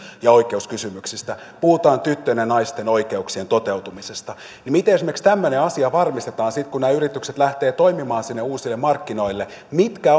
ja oikeuskysymyksistä puhutaan tyttöjen ja naisten oikeuksien toteutumisesta miten esimerkiksi tämmöinen asia varmistetaan sitten kun nämä yritykset lähtevät toimimaan sinne uusille markkinoille mitkä